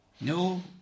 No